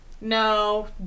No